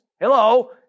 hello